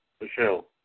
Michelle